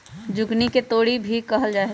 zucchini के तोरी भी कहल जाहई